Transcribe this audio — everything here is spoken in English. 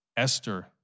Esther